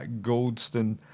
Goldston